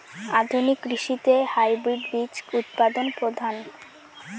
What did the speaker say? আধুনিক কৃষিতে হাইব্রিড বীজ উৎপাদন প্রধান